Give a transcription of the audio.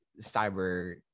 Cyber